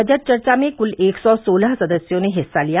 budget चर्चा में कुल एक सौ सोलह सदस्यों ने हिस्सा लिया